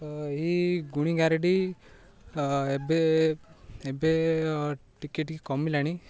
ଏଇ ଗୁଣିଗାରେଡ଼ି ଏବେ ଏବେ ଟିକିଏ ଟିକିଏ କମିଲାଣି